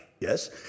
Yes